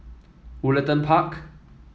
Woollerton Park